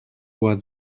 why